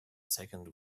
second